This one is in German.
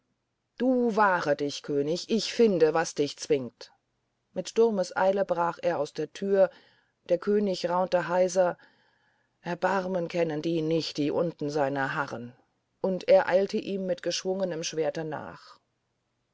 du wahre dich könig ich finde was dich zwingt mit sturmeseile brach er aus der tür der könig raunte heiser erbarmen kennen die nicht die unten seiner harren und er eilte ihm mit geschwungenem schwerte nach